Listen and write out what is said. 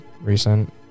recent